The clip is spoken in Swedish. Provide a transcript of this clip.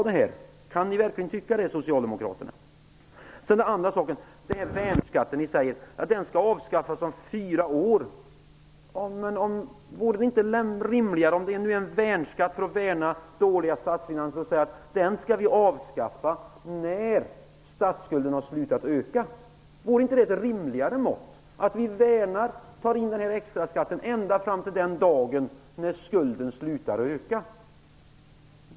Kan socialdemokraterna verkligen tycka det? Ni säger att värnskatten skall avskaffas om fyra år. Om det är en värnskatt som skall värna dåliga statsfinanser vore det väl rimligare att säga att den skall avskaffas när statsskulden har slutat öka? Vore det inte ett rimligare mål att ta in extra skatt ända fram till den dagen då skulden slutar öka?